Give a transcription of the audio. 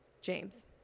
James